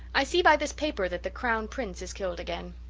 i see by this paper that the crown prince is killed again.